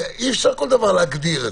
אי-אפשר כל דבר להגדיר.